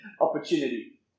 opportunity